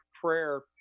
prayer